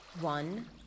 one